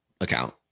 account